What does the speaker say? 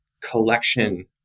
collection